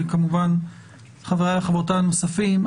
וכמובן חבריי וחברותיי הנוספים,